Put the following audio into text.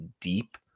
deep